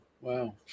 Wow